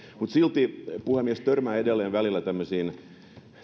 mutta silti puhemies törmää edelleen välillä tämmöisiin